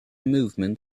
movement